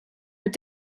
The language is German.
mit